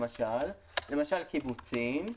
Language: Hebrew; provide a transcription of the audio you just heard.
למשל קיבוצים,